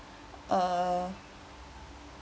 err